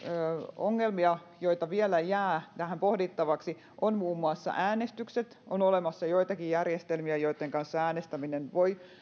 ongelmia joita vielä jää tähän pohdittavaksi ovat muun muassa äänestykset on olemassa joitakin järjestelmiä joitten kanssa äänestäminen voi